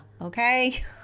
okay